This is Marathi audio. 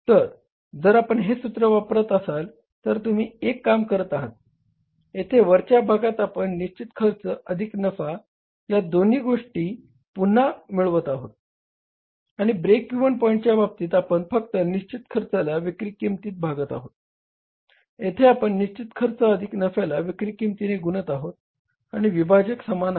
तर जर आपण हे सूत्र वापरत असाल तर तुम्ही एक काम करत आहात येथे वरच्या भागात आपण निश्चित खर्च अधिक नफा यादोन्ही गोष्टी पुन्हा मिळवत आहोत आणि ब्रेक इव्हन पॉईँच्या बाबतीत आपण फक्त निश्चित खर्चाला विक्री किंमतीने भागात आहोत येथे आपण निश्चित खर्च अधिक नफ्याला विक्री किंमतीने गुणत आहोत आणि विभाजक समान आहे